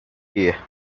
beer